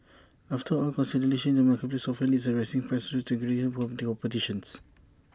after all consolidation in the marketplace often leads to rising prices due to decreased competition